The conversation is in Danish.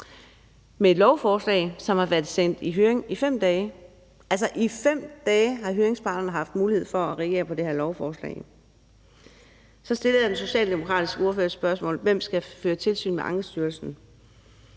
med et lovforslag, som har været sendt i høring i 5 dage. Altså, i 5 dage har høringsparterne haft mulighed for at reagere på det her lovforslag. Så stillede jeg den socialdemokratiske ordfører et spørgsmål om, hvem der skal føre tilsyn med Ankestyrelsen.